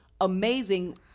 amazing